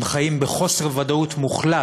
הם חיים בחוסר ודאות מוחלט,